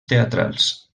teatrals